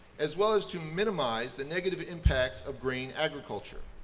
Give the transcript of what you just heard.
as well as to minimize the negative impacts of grain agriculture.